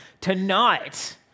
Tonight